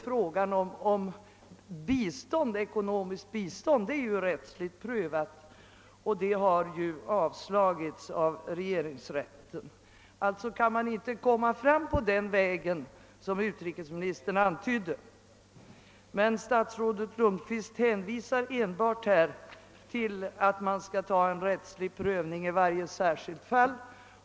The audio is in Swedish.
Frågan om ekonomiskt bistånd är däremot rättsligt prövad och beslut härom har upphävts av regeringsrätten. Alltså kan man inte komma fram på den väg som utrikesministern antydde. Statsrådet Lundkvist hänvisar emellertid enbart till en rättslig prövning i varje särskilt fall.